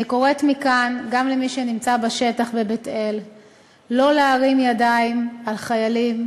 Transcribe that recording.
אני קוראת מכאן גם למי שנמצא בשטח בבית-אל לא להרים ידיים על חיילים,